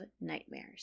nightmares